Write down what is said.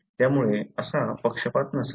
त्यामुळे असा पक्षपात नसावा